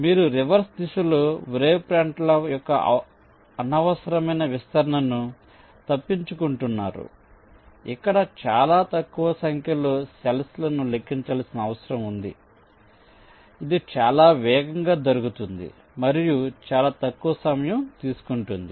మీరు రివర్స్ దిశలో వేవ్ ఫ్రంట్ల యొక్క అనవసరమైన విస్తరణను తప్పించుకుంటున్నారు ఇక్కడ చాలా తక్కువ సంఖ్యలో సెల్ఫ్ లనులెక్కించాల్సిన అవసరం ఉంది కాబట్టి ఇది చాలా వేగంగా జరుగుతుంది మరియు చాలా తక్కువ సమయం తీసుకుంటుంది